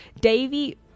Davy